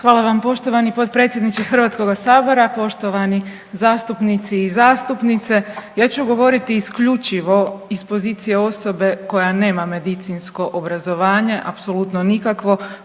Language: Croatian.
Hvala vam poštovani potpredsjedniče Hrvatskoga sabora, poštovani zastupnici i zastupnice. Ja ću govoriti isključivo iz pozicije osobe koja nema medicinsko obrazovanje apsolutno nikakvo,